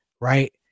right